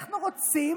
ואנחנו רוצים,